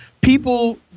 people